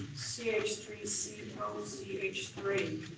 c h three c o c h three.